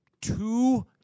two